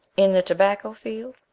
in the tobacco field?